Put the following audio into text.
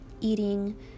eating